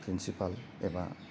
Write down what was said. principal एबा